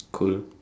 cool